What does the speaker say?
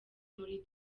muri